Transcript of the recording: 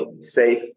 safe